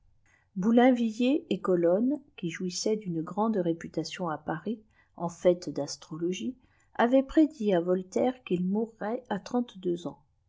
boulainvilliers et colonne qui jouissaient d'une grande réputation à paris en fait d'astrologie avaient prédit à voltaire qu'il mourrait à trente-deux ans